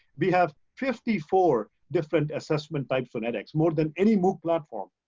we have fifty four different assessment types on edx. more than any mooc platform.